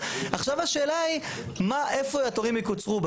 השאלה היא איפה התורים יקוצרו,